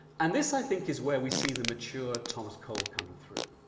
and this, i think, is where we see the mature thomas cole coming through,